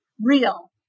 real